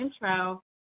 intro